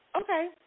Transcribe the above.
okay